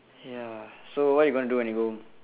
ya so what are you going to do when you go home